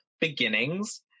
beginnings